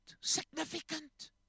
significant